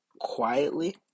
Quietly